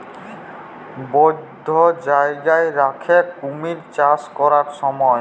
বধ্য জায়গায় রাখ্যে কুমির চাষ ক্যরার স্যময়